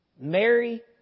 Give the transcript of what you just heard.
Mary